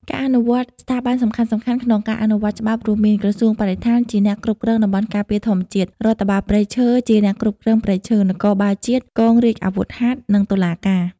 ការអនុវត្ត ស្ថាប័នសំខាន់ៗក្នុងការអនុវត្តច្បាប់រួមមាន ក្រសួងបរិស្ថាន ជាអ្នកគ្រប់គ្រងតំបន់ការពារធម្មជាតិ រដ្ឋបាលព្រៃឈើ ជាអ្នកគ្រប់គ្រងព្រៃឈើ នគរបាលជាតិ កងរាជអាវុធហត្ថ និងតុលាការ។